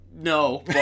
No